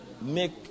make